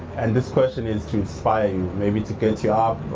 and this question is to inspire you, maybe to get you up